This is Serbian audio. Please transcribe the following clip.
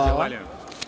Zahvaljujem.